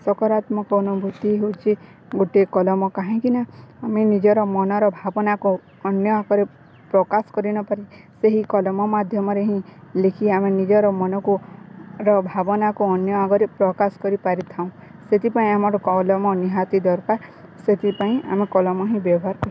ସକାରାତ୍ମକ ଅନୁଭୂତି ହେଉଛି ଗୋଟିଏ କଲମ କାହିଁକି ନା ଆମେ ନିଜର ମନର ଭାବନାକୁ ଅନ୍ୟ ଆଗରେ ପ୍ରକାଶ କରିନପାରି ସେହି କଲମ ମାଧ୍ୟମରେ ହିଁ ଲେଖି ଆମେ ନିଜର ମନକୁ ର ଭାବନାକୁ ଅନ୍ୟ ଆଗରେ ପ୍ରକାଶ କରି ପାରିଥାଉ ସେଥିପାଇଁ ଆମର କଲମ ନିହାତି ଦରକାର ସେଥିପାଇଁ ଆମେ କଲମ ହିଁ ବ୍ୟବହାର କର